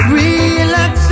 relax